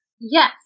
Yes